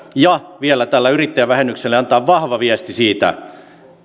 ja vielä tällä yrittäjävähennyksellä antaa vahva viesti siitä